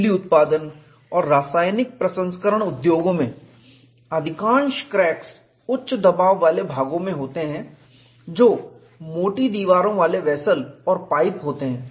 बिजली उत्पादन और रासायनिक प्रसंस्करण उद्योगों में अधिकांश क्रैक्स उच्च दबाव वाले भागों में होते हैं जो मोटी दीवारों वाले वेसल और पाइप होते हैं